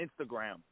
Instagram